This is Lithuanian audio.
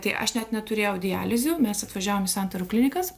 tai aš net neturėjau dializių mes apvažiavom į santaros klinikas